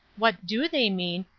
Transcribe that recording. what do they mean,